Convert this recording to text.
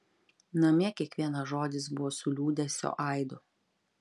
namie kiekvienas žodis buvo su liūdesio aidu